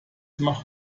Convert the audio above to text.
macht